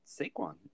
saquon